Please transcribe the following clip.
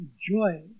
joy